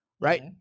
right